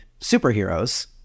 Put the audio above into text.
superheroes